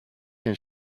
can